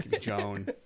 Joan